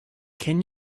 can